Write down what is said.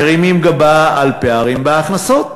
מרימים גבה על פערים בהכנסות,